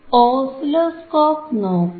oscilloscope നോക്കൂ